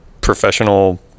professional